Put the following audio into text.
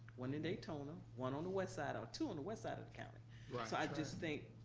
one in daytona, one on the westside or two on the westside of the county. right. so i just think,